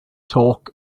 talk